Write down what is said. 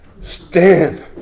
Stand